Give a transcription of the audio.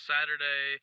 Saturday